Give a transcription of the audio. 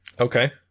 okay